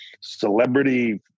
celebrity